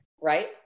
right